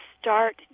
start